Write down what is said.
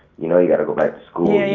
you know you gotta go back to school? yeah you